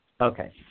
Okay